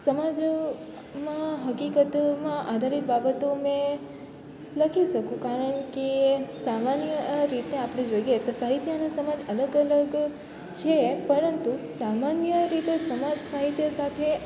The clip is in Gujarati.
સમાજમાં હકીકતોમાં આધારિત બાબતોને લખી શકું કારણ કે સામાન્ય રીતે આપણે જોઈએ તો સાહિત્ય અને સમાજ અલગ અલગ છે પરંતુ સામાન્ય રીતે સમાજ સાહિત્ય સાથે